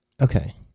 Okay